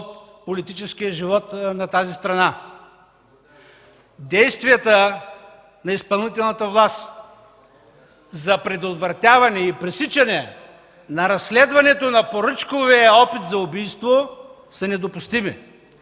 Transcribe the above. политическия живот на тази страна. Действията на изпълнителната власт за предотвратяване и пресичане на разследването на поръчковия опит за убийство са недопустими.